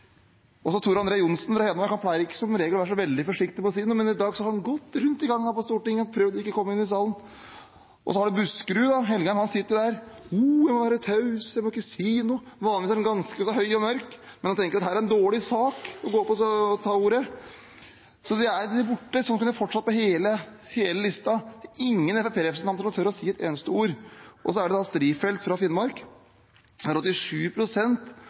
Tor André Johnsen fra Hedmark pleier som regel ikke å være så veldig forsiktig med å si noe, men i dag har han gått rundt i gangene på Stortinget og prøvd å ikke komme inn i salen. Og så har vi Buskerud: Engen-Helgheim sitter der – jeg må være taus, jeg må ikke si noe. Vanligvis er han ganske så høy og mørk, men han tenker vel at dette er en dårlig sak å gå opp og ta ordet for. Slik kunne jeg ha fortsatt med hele lista; det er ingen Fremskrittsparti-representanter som tør å si et eneste ord. Og så er det Strifeldt fra Finnmark,